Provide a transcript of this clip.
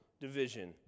division